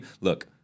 look